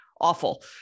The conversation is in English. awful